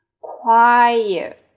Quiet